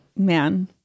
man